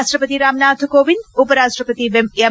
ರಾಷ್ಟವತಿ ರಾಮ್ನಾಥ್ ಕೋವಿಂದ್ ಉಪರಾಷ್ಟಪತಿ ಎಂ